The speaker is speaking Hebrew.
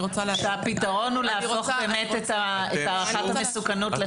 הפתרון הוא להפוך את הערכת המסוכנות ל-לחלופין.